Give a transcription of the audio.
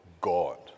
God